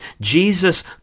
Jesus